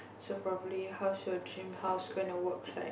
so probably how's your dream house gonna work like